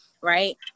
right